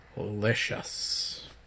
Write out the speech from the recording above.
Delicious